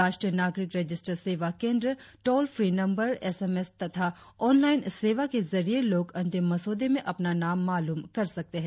राष्ट्रीय नागरिक रजिस्टर सेवा केंद्र टोल फ्री नंबर एसएमएस तथा ऑनलाइन सेवा के जरिए लोग अंतिम मसौदे में अपना नाम मालूम कर सकते हैं